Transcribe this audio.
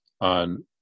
on